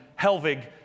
Helvig